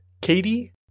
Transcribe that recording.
Katie